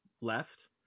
left